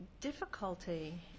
difficulty